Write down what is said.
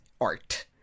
art